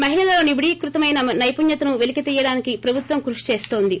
మహిళలలో నిభిడిక్రుతమైన సైపుణ్యతను వెలికితీయడానికి ప్రభుత్వం కృషి చేస్తోంది